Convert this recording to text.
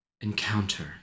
encounter